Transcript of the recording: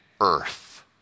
earth